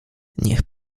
niech